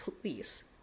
please